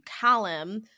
Callum